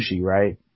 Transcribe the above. right